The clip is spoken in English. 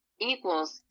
equals